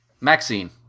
Maxine